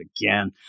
again